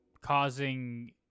causing